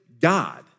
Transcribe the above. God